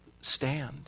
stand